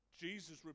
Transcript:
Jesus